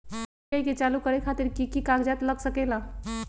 UPI के चालु करे खातीर कि की कागज़ात लग सकेला?